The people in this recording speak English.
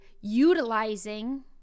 utilizing